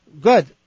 Good